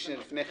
לפני כן,